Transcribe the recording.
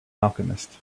alchemist